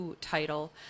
title